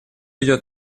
идет